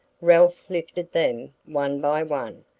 ralph lifted them one by one,